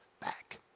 back